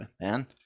man